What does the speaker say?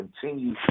Continue